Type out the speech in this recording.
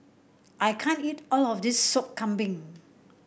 I can't eat all of this Sop Kambing